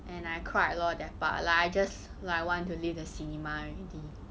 and I cried lor at that part like I just like I want to leave the cinema already